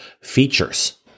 features